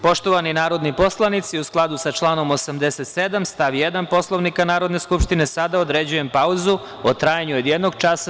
Poštovani narodni poslanici, u skladu sa članom 87. stav 1. Poslovnika Narodne skupštine, sada određujem pauzu u trajanju od jednog časa.